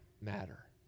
matter